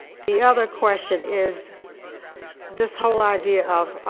the other question is this whole idea of,